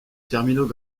terminaux